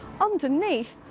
underneath